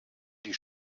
die